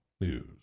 News